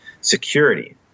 security